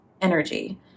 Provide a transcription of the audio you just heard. energy